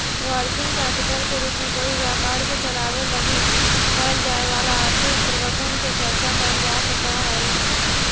working capital के रूप में कोई व्यापार के चलावे लगी कैल जाए वाला आर्थिक प्रबंधन के चर्चा कैल जा सकऽ हई